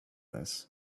this